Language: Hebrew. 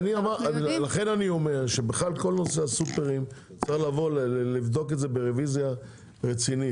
לכן אני אומר שצריך לבדוק את כל נושא הסופרים ברוויזיה רצינית.